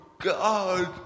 God